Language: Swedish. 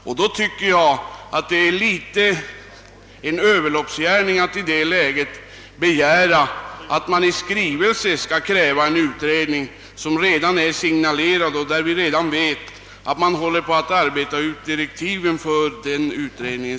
Därför tycker jag att det är en överloppsgärning att riksdagen i skrivelse skall kräva en utredning som är signalerad och för vilken man redan håller på att utarbeta direktiven.